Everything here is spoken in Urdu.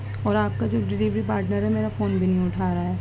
اور آپ کا جو ڈیلیوری پاٹنر ہے میرا فون بھی نہیں اٹھا رہا ہے